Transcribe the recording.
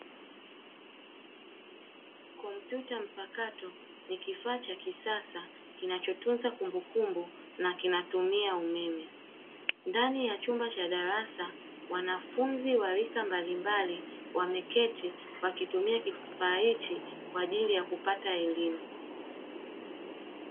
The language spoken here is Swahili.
Kompyuta mpakato ni kifaa cha kisasa kinachotunza kumbukumbu na kinatumia umeme. Ndani ya chumba cha darasa, wanafunzi wa rika mbalimbali wameketi wakitumia kifaa hiki kwaajili ya kupata elimu.